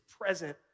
present